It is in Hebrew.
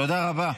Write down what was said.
תודה רבה.